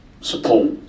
support